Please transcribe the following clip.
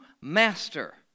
master